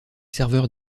serveur